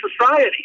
society